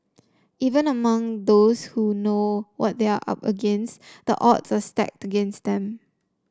even among those who know what they are up against the odds are stacked against them